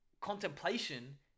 Contemplation